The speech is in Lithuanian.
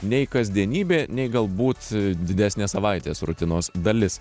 nei kasdienybė nei galbūt didesnė savaitės rutinos dalis